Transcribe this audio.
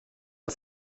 was